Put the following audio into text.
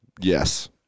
Yes